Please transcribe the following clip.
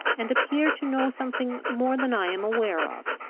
and appear to know something more than i am aware of.